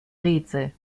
rätsel